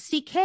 CK